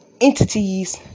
entities